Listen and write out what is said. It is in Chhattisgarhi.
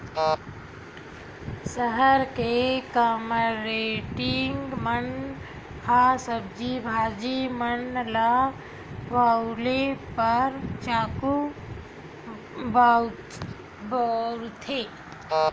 सहर के मारकेटिंग मन ह सब्जी भाजी मन ल पउले बर चाकू बउरथे